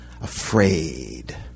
afraid